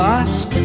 ask